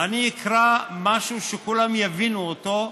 אני אקרא משהו כדי שכולם יבינו אותו,